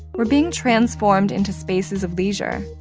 were being transformed into spaces of leisure.